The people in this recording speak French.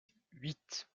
huit